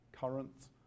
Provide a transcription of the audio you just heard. currents